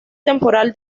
temporal